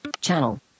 Channel